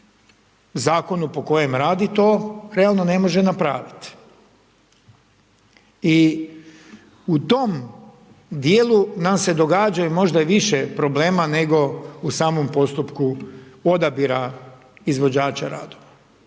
zakonu po kojem radi to realno ne može napraviti i u tom dijelu nam se događaju možda i više problema nego u samom postupku odabira izvođača radova.